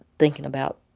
thinking about